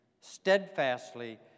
steadfastly